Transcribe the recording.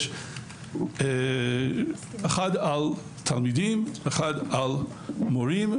אחד על תלמידים ואחד על מורים.